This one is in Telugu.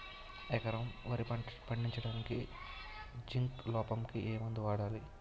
ఎకరం వరి పండించటానికి జింక్ లోపంకి ఏ మందు వాడాలి?